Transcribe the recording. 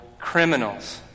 criminals